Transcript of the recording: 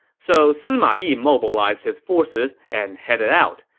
so sima yi mobilized his forces and headed out.